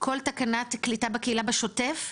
כל תקנת קליטה בקהילה, בשוטף?